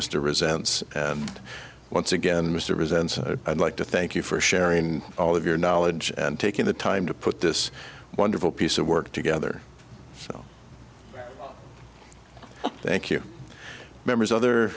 mr resents and once again mr resents and like to thank you for sharing all of your knowledge and taking the time to put this wonderful piece of work together so thank you members other